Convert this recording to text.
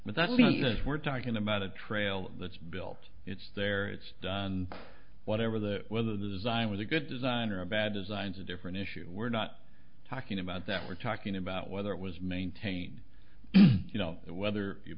because we're talking about a trail that's built it's there it's done whatever the weather design was a good design or a bad designs a different issue we're not talking about that we're talking about whether it was maintained you know whether you